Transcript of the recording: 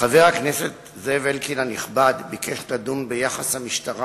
חבר הכנסת זאב אלקין הנכבד ביקש לדון ביחס המשטרה